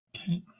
Okay